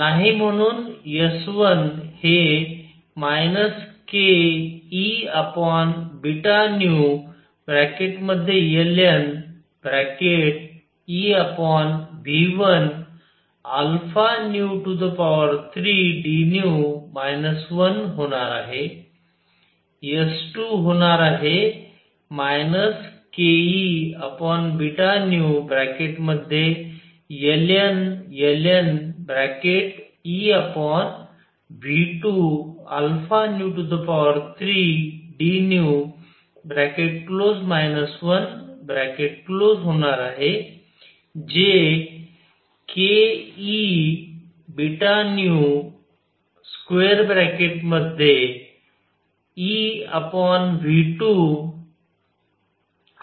नाही म्हणून S1 हे kEβνln⁡EV13dν 1 होणार आहे S2 होणार आहे kEβνln EV23dν 1 होणार आहे जेkEβνEV23dν ln⁡EV13dνहोणार आहे